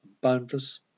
boundless